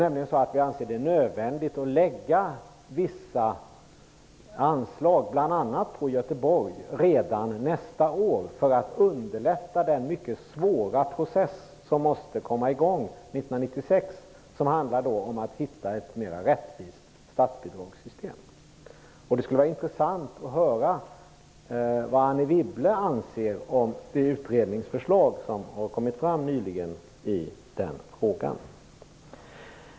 Vi anser det nämligen nödvändigt att förlägga vissa anslag, bl.a. till Göteborg, redan nästa år för att underlätta den mycket svåra process som måste komma i gång 1996, som handlar om att hitta ett mer rättvist statsbidragssystem. Det vore intressant att få höra vad Anne Wibble anser om det utredningsförslag som nyligen har kommit fram i frågan.